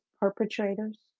perpetrators